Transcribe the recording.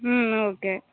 ம் ஓகே